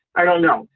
i don't know.